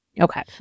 okay